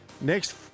next